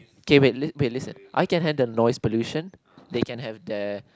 K wait wait listen I can have the noise pollution they can have the